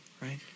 right